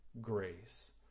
grace